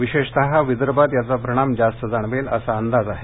विशेषतः विदर्भात याचा परिणाम जास्त जाणवेल असा अंदाज आहे